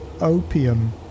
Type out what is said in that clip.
Opium